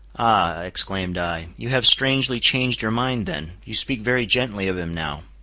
ah, exclaimed i, you have strangely changed your mind then you speak very gently of him now.